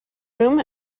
room